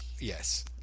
Yes